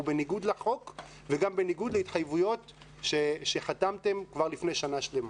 הוא בניגוד לחוק וגם בניגוד להתחייבויות שחתמתם כבר לפני שנה שלמה.